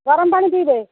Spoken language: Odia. ଗରମ ପାଣି ପିଇବେ